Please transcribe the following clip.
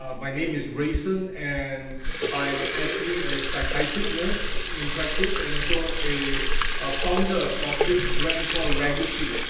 um my name is rayson, and i'm actually a psychiatric nurse in practice, and also a a founder of this brand called raygacy,